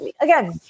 Again